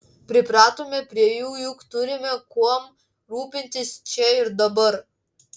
pripratome prie jų juk turime kuom rūpintis čia ir dabar